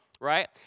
right